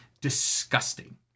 disgusting